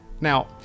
Now